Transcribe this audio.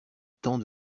temps